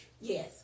Yes